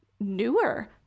newer